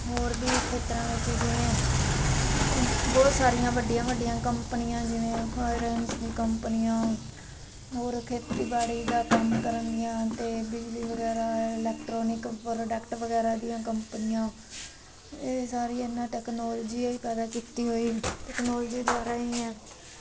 ਹੋਰ ਵੀ ਬਹੁਤ ਤਰ੍ਹਾਂ ਜਿਵੇਂ ਬਹੁਤ ਸਾਰੀਆਂ ਵੱਡੀਆਂ ਵੱਡੀਆਂ ਕੰਪਨੀਆਂ ਜਿਵੇਂ ਫਾਰੈਂਸੀ ਕੰਪਨੀਆਂ ਹੋਰ ਖੇਤੀਬਾੜੀ ਦਾ ਕੰਮ ਕਰਨੀਆਂ ਜਾਂ ਅਤੇ ਬਿਜਲੀ ਵਗੈਰਾ ਇਲੈਕਟਰੋਨਿਕ ਪ੍ਰੋਡਕਟ ਵਗੈਰਾ ਦੀਆਂ ਕੰਪਨੀਆਂ ਇਹ ਸਾਰੀਆਂ ਇਹਨਾਂ ਟੈਕਨੋਲਜੀ ਪੈਦਾ ਕੀਤੀ ਹੋਈ ਟੈਕਨੋਲਜੀ ਦੁਆਰਾ ਹੀ ਹੈ